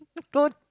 don't